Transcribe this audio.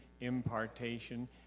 impartation